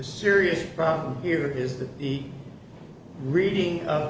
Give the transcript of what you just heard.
serious problem here is that the reading